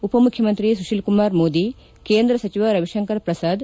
ಉಪಮುಖ್ಯಮಂತ್ರಿ ಸುತೀಲ್ ಕುಮಾರ್ ಮೋದಿ ಕೇಂದ್ರ ಸಚಿವ ರವಿತಂಕರ್ ಪ್ರಸಾದ್